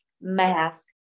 mask